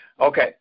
Okay